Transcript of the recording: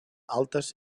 altes